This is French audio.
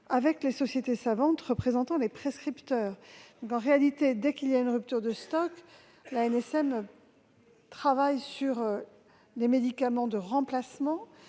avec les sociétés savantes représentant les prescripteurs. Dès qu'il y a une rupture de stock, l'ANSM travaille donc sur les médicaments de remplacement